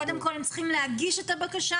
קודם כל צריכים להגיש את הבקשה,